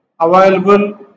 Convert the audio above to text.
available